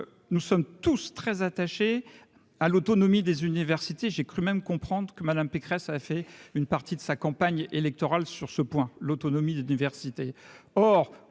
nous sommes tous très attachés à l'autonomie des universités, j'ai cru même comprendre que Madame Pécresse a fait une partie de sa campagne électorale sur ce point, l'autonomie des universités,